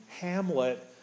Hamlet